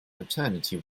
maternity